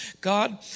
God